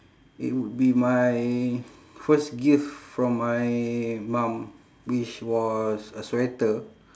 it would be my first gift from my mum which was a sweater